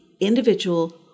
individual